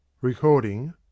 Recording